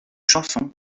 chanson